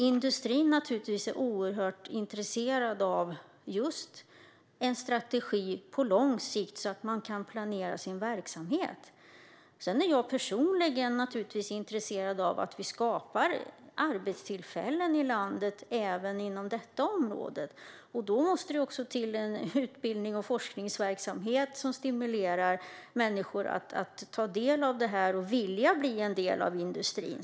Industrin är naturligtvis oerhört intresserad av en strategi på lång sikt så att man kan planera sin verksamhet. Personligen är jag intresserad av att vi ska kunna skapa arbetstillfällen i landet även inom detta område. Då måste utbildning och forskning till stånd som kan stimulera människor att ta del av detta och vilja bli en del av industrin.